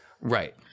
Right